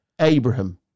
Abraham